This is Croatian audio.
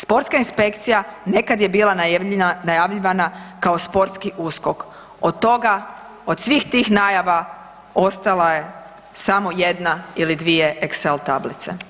Sportska inspekcija nekad je bila najavljivana kao sportski USKOK, od toga, od svih tih najava ostala je samo jedna ili dvije Excel tablice.